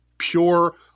pure